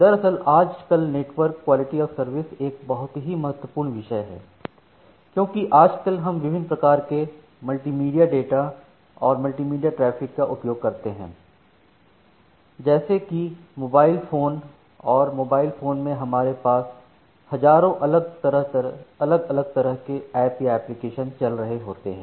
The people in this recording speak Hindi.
दरअसल आजकल नेटवर्क क्वालिटी ऑफ़ सर्विस एक बहुत ही महत्वपूर्ण विषय है क्योंकि आजकल हम विभिन्न प्रकार के मल्टीमीडिया डेटा और मल्टीमीडिया ट्रैफ़िक का उपयोग करते हैं जैसे कि मोबाइल फ़ोन और मोबाइल फ़ोन में हमारे पास हज़ारों अलग अलग तरह के ऐप या एप्लिकेशन चल रहे होते हैं